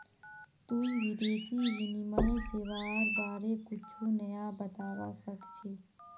तुई विदेशी विनिमय सेवाआर बारे कुछु नया बतावा सक छी